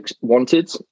wanted